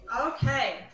Okay